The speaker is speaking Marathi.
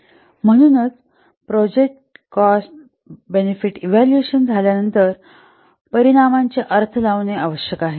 म्हणून प्रोजेक्टचे कॉस्ट बेनिफिट इव्हॅल्युएशन झाल्यानंतर परिणामांचे अर्थ लावणे आवश्यक आहे